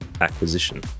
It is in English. acquisition